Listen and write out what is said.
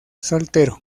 soltero